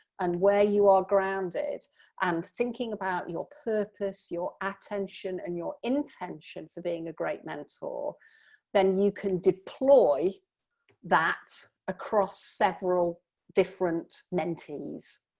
and where you are grounded and thinking about your purpose, your attention, and your intention for being a great mentor then you can deploy that across several different mentees.